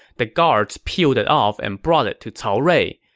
the guards peeled it off and brought it to cao rui.